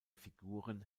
figuren